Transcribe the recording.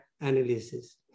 analysis